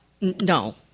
No